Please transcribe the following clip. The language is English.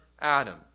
Adam